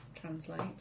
translate